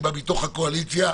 אני בא מתוך הקואליציה,